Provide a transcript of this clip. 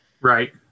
Right